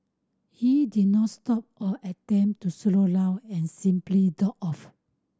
he did not stop or attempt to slow down and simply drove off